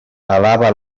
alaba